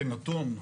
כנתון,